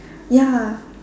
ya